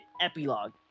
epilogue